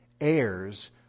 heirs